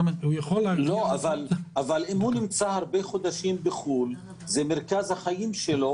אבל אם הוא נמצא הרבה חודשים בחו"ל זה מרכז החיים שלו,